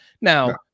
Now